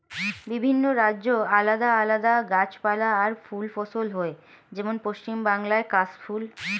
বিভিন্ন রাজ্যে আলাদা আলাদা গাছপালা আর ফুল ফসল হয়, যেমন পশ্চিম বাংলায় কাশ ফুল